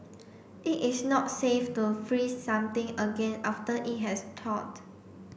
it is not safe to freeze something again after it has thawed